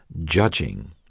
judging